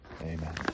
amen